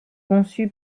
conçu